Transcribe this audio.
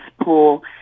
pool